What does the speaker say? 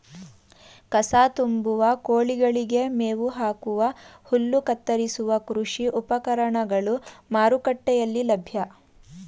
ಕಸ ತುಂಬುವ, ಕೋಳಿಗಳಿಗೆ ಮೇವು ಹಾಕುವ, ಹುಲ್ಲು ಕತ್ತರಿಸುವ ಕೃಷಿ ಉಪಕರಣಗಳು ಮಾರುಕಟ್ಟೆಯಲ್ಲಿ ಲಭ್ಯ